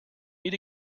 meet